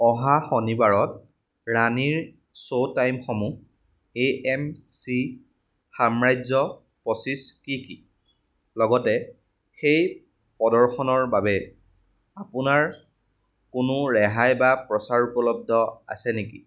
অহা শনিবাৰত ৰাণীৰ শ্ব' টাইমসমূহ এ এম চি সাম্ৰাজ্য পঁচিছ কি কি লগতে সেই প্ৰদৰ্শনৰ বাবে আপোনাৰ কোনো ৰেহাই বা প্ৰচাৰ উপলব্ধ আছে নেকি